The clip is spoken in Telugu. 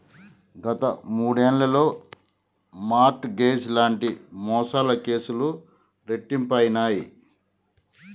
గత మూడేళ్లలో మార్ట్ గేజ్ లాంటి మోసాల కేసులు రెట్టింపయినయ్